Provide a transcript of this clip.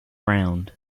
round